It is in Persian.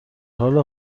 حال